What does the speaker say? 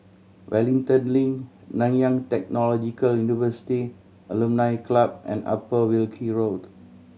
Wellington Link Nanyang Technological University Alumni Club and Upper Wilkie Road